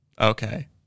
Okay